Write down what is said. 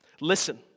listen